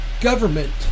government